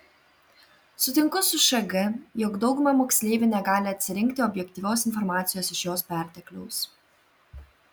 sutinku su šg jog dauguma moksleivių negali atsirinkti objektyvios informacijos iš jos pertekliaus